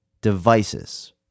devices